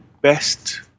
best